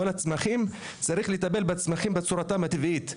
צריך לטפל בצמחים בצורתם הטבעית.